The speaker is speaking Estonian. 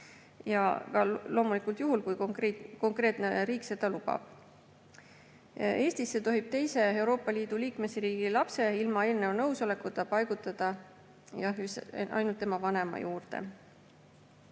Seda loomulikult juhul, kui konkreetne riik seda lubab. Eestisse tohib teise Euroopa Liidu liikmesriigi lapse ilma eelneva nõusolekuta paigutada ainult tema vanema juurde.